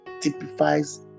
typifies